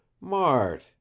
Mart